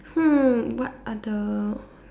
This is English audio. hmm what other